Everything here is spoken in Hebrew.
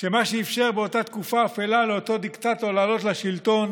שמה שאפשר באותה תקופה אפלה לאותו דיקטטור לעלות לשלטון